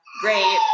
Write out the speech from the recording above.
Great